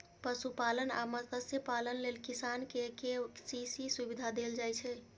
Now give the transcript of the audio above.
पशुपालन आ मत्स्यपालन लेल किसान कें के.सी.सी सुविधा देल जाइ छै